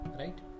right